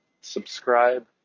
subscribe